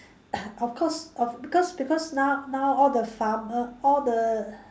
of course of because because now now all the farmer all the